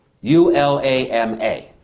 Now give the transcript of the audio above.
U-L-A-M-A